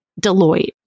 Deloitte